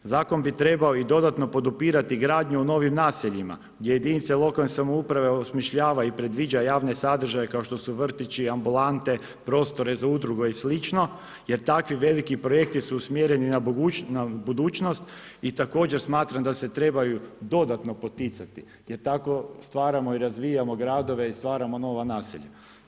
Zakon bi trebao i dodatno podupirati gradnju o novim naseljima gdje jedinica lokalne samouprave osmišljava i predviđa javne sadržaje kao što vrtići, ambulante, prostore za udruge i sl. jer takvi veliki projekti su usmjereni na budućnost i također smatram da se trebaju dodatno poticati jer tako stvaramo i razvijamo gradove i stvaramo nova naselja.